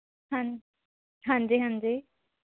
ਹਾਂ ਹਾਂਜੀ ਹਾਂਜੀ